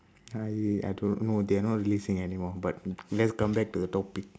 I I don't know they're not releasing anymore but let's come back to the topic